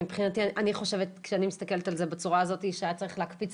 אני חושבת כשאני מסתכלת על זה בצורה הזאת שהיה צריך להקפיץ